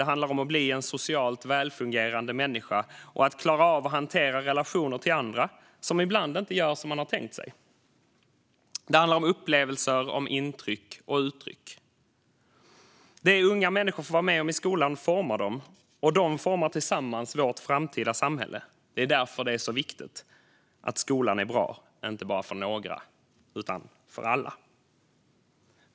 Det handlar om att bli en socialt välfungerande människa och att klara av att hantera relationer till andra, som ibland inte gör som man har tänkt sig. Det handlar om upplevelser, om intryck och uttryck. Det som unga människor får vara med om i skolan formar dem, och de formar tillsammans vårt framtida samhälle. Det är därför det är så viktigt att skolan är bra inte bara för några utan för alla.